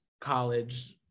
college